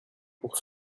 pour